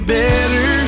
better